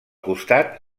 costat